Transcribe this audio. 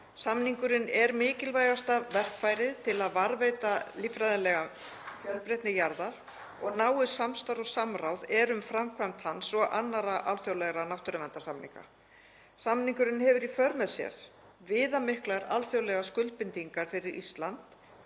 Samningurinn er mikilvægasta verkfærið til að varðveita líffræðilega fjölbreytni jarðar og náið samstarf og samráð er um framkvæmd hans og annarra alþjóðlegra náttúruverndarsamninga. Samningurinn hefur í för með sér viðamiklar alþjóðlegar skuldbindingar fyrir Ísland